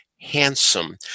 handsome